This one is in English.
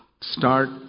start